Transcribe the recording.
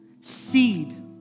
seed